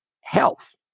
health